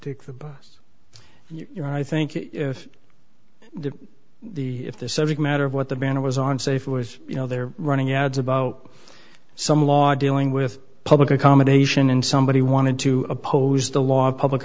take the bus you're i think if the if the subject matter of what the banner was on safe was you know they're running ads about some law dealing with public accommodation and somebody wanted to oppose the law of public